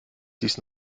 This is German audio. dies